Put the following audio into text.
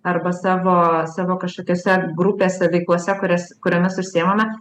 arba savo savo kažkokiose grupėse veiklose kurias kuriomis užsiimame